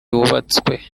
wubatswe